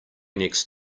next